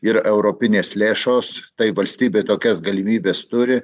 ir europinės lėšos tai valstybė tokias galimybes turi